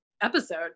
episode